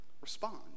respond